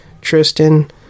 Tristan